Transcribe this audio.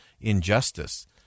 injustice